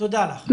תודה לך.